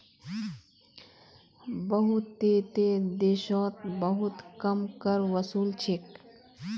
बहुतेते देशोत बहुत कम कर वसूल छेक